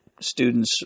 students